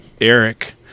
Eric